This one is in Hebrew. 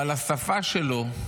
אבל השפה שלו,